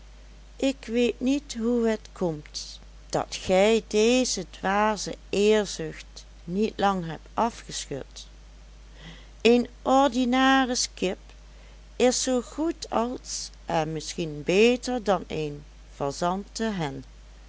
ik weet niet hoe het komt dat gij deze dwaze eerzucht niet lang hebt afgeschud een ordinaris kip is zoo goed als en misschien beter dan een fazantehen